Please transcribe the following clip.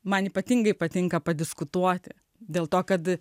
man ypatingai patinka padiskutuoti dėl to kad